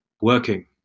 working